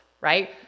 right